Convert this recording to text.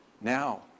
now